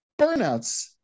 burnouts